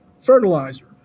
Fertilizer